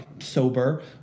sober